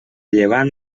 llevant